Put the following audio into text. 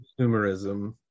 consumerism